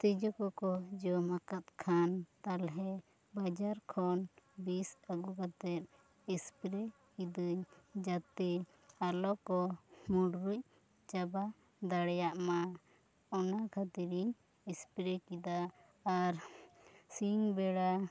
ᱛᱤᱡᱩ ᱠᱚᱠᱚ ᱡᱚᱢ ᱟᱠᱟᱫ ᱠᱷᱟᱱ ᱛᱟᱞᱦᱮ ᱵᱟᱡᱟᱨ ᱠᱷᱚᱱ ᱵᱤᱥ ᱟᱹᱜᱩ ᱠᱟᱛᱮ ᱤᱥᱯᱨᱮ ᱠᱮᱫᱟᱹᱧ ᱡᱟᱛᱮ ᱟᱞᱚ ᱠᱚ ᱢᱩᱸᱰᱨᱭᱩᱡ ᱪᱟᱵᱟ ᱫᱟᱲᱮᱭᱟᱜᱼᱢᱟ ᱚᱱᱟ ᱠᱷᱟᱹᱛᱤᱨ ᱤᱧ ᱤᱥᱯᱨᱮ ᱠᱮᱫᱟ ᱟᱨ ᱥᱤᱧ ᱵᱮᱲᱟ